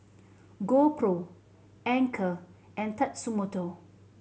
GoPro Anchor and Tatsumoto